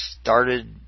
started